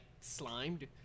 slimed